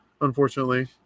unfortunately